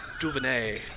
Duvernay